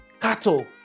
cattle